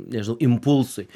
nežinau impulsui